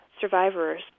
survivors